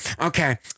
okay